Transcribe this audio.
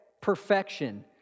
perfection